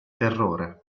terrore